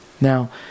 Now